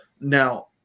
Now